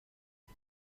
les